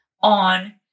on